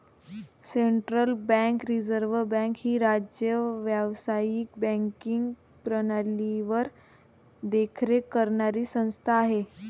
central bank reserve bank ही राज्य व्यावसायिक बँकिंग प्रणालीवर देखरेख करणारी संस्था आहे